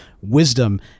wisdom